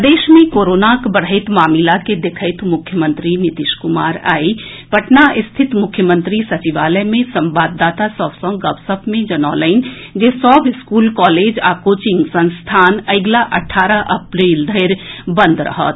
प्रदेश मे कोरोनाक बढ़ैत मामिला के देखैत मुख्यमंत्री नीतीश कुमार आई पटना स्थित मुख्यमंत्री सचिवालय मे संवाददाता सभ सँ गपसप मे जनौलनि जे सभ स्कूल कॉलेज आ कोचिंग संस्थान अगिला अठारह अप्रील धरि बंद रहत